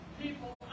people